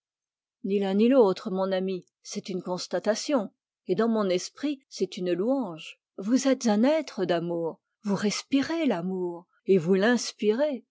l'un ni l'autre mon amie c'est une constatation et dans mon esprit c'est une louange vous êtes un être d'amour vous respirez l'amour et vous l'inspirez